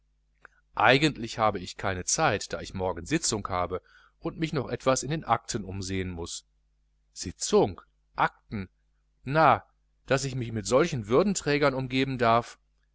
eigentlich habe ich keine zeit da ich morgen sitzung habe und mich noch etwas in den akten umsehen muß sitzung akten nein daß ich mit solchen würdenträgern umgehen darf